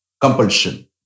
compulsion